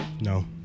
No